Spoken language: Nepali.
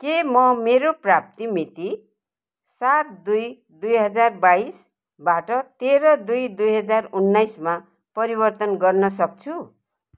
के म मेरो प्राप्ति मिति सात दुई दुई हजार बाइसबाट तेह्र दुई दुई हजार उन्नाइसमा परिवर्तन गर्न सक्छु